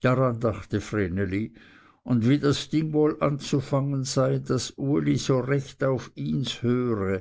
daran dachte vreneli und wie das ding wohl anzufangen sei daß uli so recht auf ihns höre